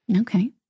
Okay